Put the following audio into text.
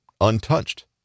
untouched